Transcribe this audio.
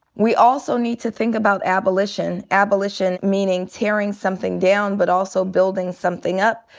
we also need to think about abolition, abolition meaning tearing something down but also building something up.